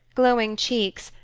glowing cheeks,